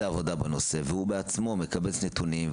עבודה בנושא והוא בעצמו מקבץ נתונים,